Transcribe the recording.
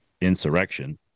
insurrection